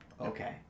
Okay